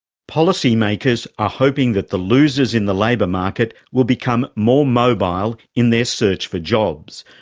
policy makers are hoping that the losers in the labour market will become more mobile in their search for jobs,